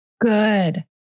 Good